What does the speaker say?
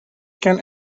can